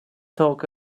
talk